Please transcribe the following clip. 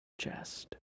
chest